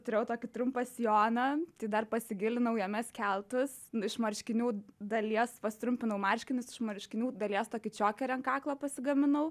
turėjau tokį trumpą sijoną tai dar pasigilinau jame skeltus iš marškinių dalies pasitrumpinau marškinius iš marškinių dalies tokį čokerį ant kaklo pasigaminau